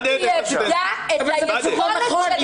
נכון.